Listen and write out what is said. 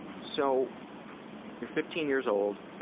so you're fifteen years old,